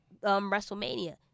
WrestleMania